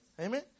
Amen